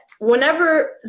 whenever